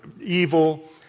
evil